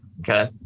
okay